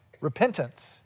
Repentance